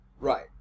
Right